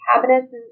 cabinets